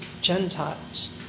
Gentiles